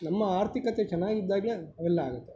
ನಮ್ಮ ಆರ್ಥಿಕತೆ ಚೆನ್ನಾಗಿದ್ದಾಗಲೇ ಅವೆಲ್ಲ ಆಗುತ್ತೆ